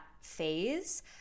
phase